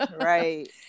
Right